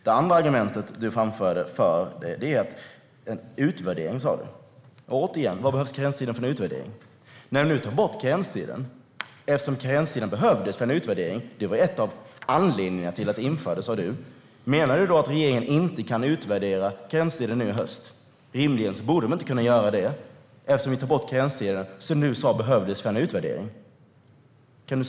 Det andra argument du framförde för karenstiden handlade om en utvärdering. Återigen: Varför behövs karenstiden för en utvärdering? Ni tar nu bort karenstiden. Karenstiden behövdes för en utvärdering - det var en av anledningarna till att den infördes, sa du. Menar du då att regeringen inte kan utvärdera karenstiden nu i höst? Rimligen borde den inte kunna göra det, eftersom vi tar bort karenstiden, som du sa behövdes för en utvärdering.